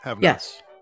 yes